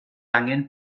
angen